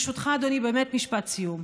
ברשותך, אדוני, באמת משפט סיום.